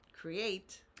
create